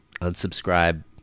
unsubscribe